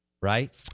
right